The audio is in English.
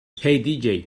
hey